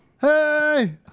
Hey